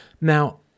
Now